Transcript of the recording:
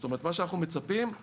זאת אומרת, מה שאנחנו מצפים הוא